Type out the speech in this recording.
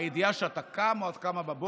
הידיעה שאתה קם או את קמה בבוקר,